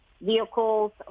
vehicles